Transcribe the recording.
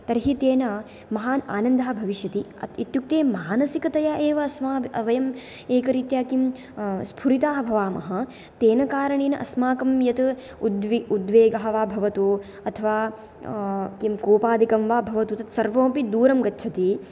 तर्हि तेन महान् आनन्दः भविष्यति इत्युक्ते मानसिकतया एव अस्माब् वयं एकरीत्या किं स्फुरिताः भवामः तेन कारणेन अस्माकं यत् उद्वि उद्वेगः वा भवतु अथवा किं कोपादिकं वा भवतु तत्सर्वमपि दूरं गच्छति